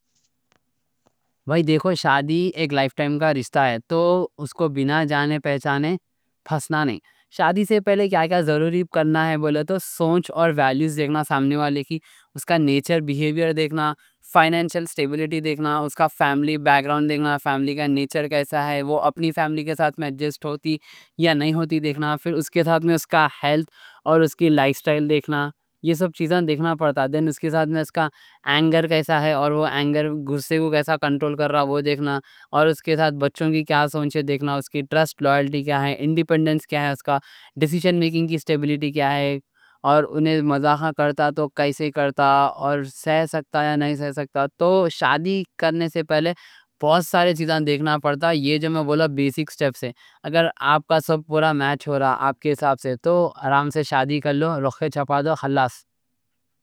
بھائی دیکھو، شادی ایک لائف ٹائم کا رشتہ ہے، تو اس کو بِنا جانے پہچانے پھنسنا نہیں۔ شادی سے پہلے کیا کیا ضروری کرنا ہے بولے تو، سوچ اور ویلیوز دیکھنا، سامنے والے کی اس کا نیچر، بیہیوئر دیکھنا، فائنانشل سٹیبلیٹی دیکھنا، اس کا فیملی بیک گراؤنڈ دیکھنا، فیملی کا نیچر کیسا ہے، وہ اپنی فیملی کے ساتھ میں ایڈجسٹ ہوتی یا نہیں ہوتی دیکھنا۔ پھر اس کے ساتھ میں اس کا ہیلتھ، غصہ کو کیسا کنٹرول کر رہا وہ دیکھنا، اور اس کے ساتھ بچوں کی کیا سوچیں دیکھنا۔ اس کی ٹرسٹ، لائلٹی کیا ہے، انڈیپنڈنس کیا ہے، اس کا ڈیسیشن میکنگ کی سٹیبلیٹی کیا ہے، اور مذاق کرتا تو کیسے کرتا، اور سہ سکتا یا نہیں سہ سکتا۔ تو شادی کرنے سے پہلے بہت سارے چیزاں دیکھنا پڑتا۔ یہ جو میں بولا بیسک سٹیپس، اگر آپ کا سب پورا میچ ہو رہا آپ کے حساب سے تو آرام سے شادی کر لو، رکھے چھپا دو، خلاص۔